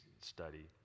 study